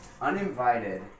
uninvited